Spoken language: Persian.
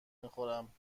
میخورم